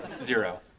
zero